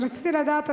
אז רציתי לדעת,